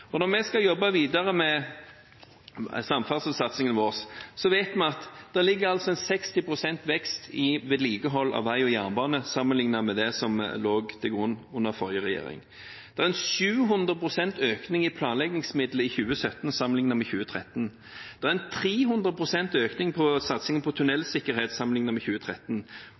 pengene. Når vi skal jobbe videre med samferdselssatsingen vår, vet vi at det ligger 60 pst. vekst i vedlikehold av vei og jernbane sammenlignet med det som lå til grunn under forrige regjering. Det er 700 pst. økning i planleggingsmidler i 2017 sammenlignet med 2013. Det er 300 pst. økning i satsingen på tunellsikkerhet sammenlignet med 2013.